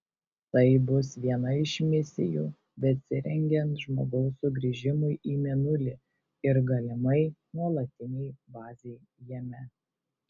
tai bus viena iš misijų besirengiant žmogaus sugrįžimui į mėnulį ir galimai nuolatinei bazei jame